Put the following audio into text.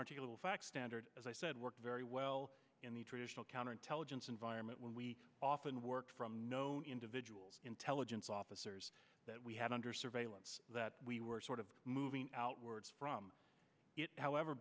article fact standard as i said worked very well in the traditional counterintelligence environment when we often work from known individuals intelligence officers that we had under surveillance that we were sort of moving outwards from it however